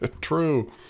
true